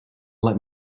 let